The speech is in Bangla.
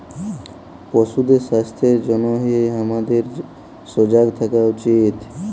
পশুদের স্বাস্থ্যের জনহে হামাদের সজাগ থাকা উচিত